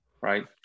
right